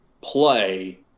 play